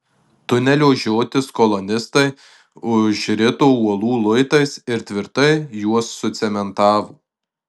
tunelio žiotis kolonistai užrito uolų luitais ir tvirtai juos sucementavo